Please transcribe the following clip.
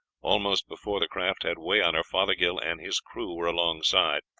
almost before the craft had way on her fothergill and his crew were alongside.